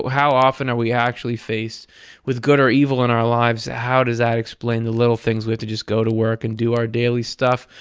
how often are we actually faced with good or evil in our lives? how does that explain the little things we have to just go to work and do our daily stuff,